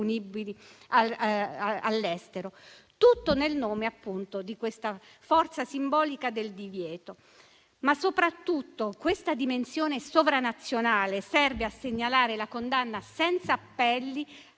in nome di questa forza simbolica del divieto. Soprattutto, questa dimensione sovranazionale serve a segnalare la condanna senza appelli della